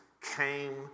came